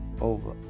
Over